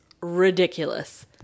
ridiculous